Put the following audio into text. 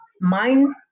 mind